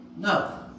No